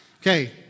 Okay